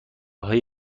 های